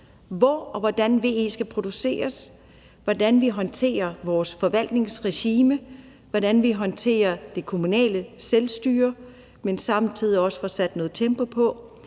hvor og hvordan VE skal produceres, hvordan vi håndterer vores forvaltningsregime, og hvordan vi håndterer det kommunale selvstyre, men samtidig også får sat noget tempo på.